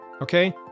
okay